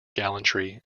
gallantry